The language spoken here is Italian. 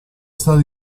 stato